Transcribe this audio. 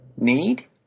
need